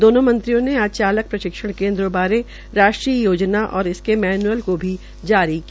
दोनों मंत्रियों ने आज चालक प्रशिक्षण केन्द्रों बारे राष्ट्रीय योजना और इसके मैनूअल को जारी किया